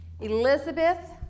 Elizabeth